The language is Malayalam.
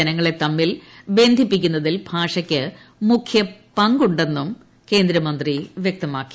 ജനങ്ങളെ തമ്മിൽ ബന്ധിപ്പിക്കുന്നതിൽ ഭാഷയ്ക്ക് മുഖ്യ പങ്കു ണ്ടെന്നും കേന്ദ്രമന്ത്രി വ്യക്തമാക്കി